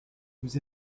vous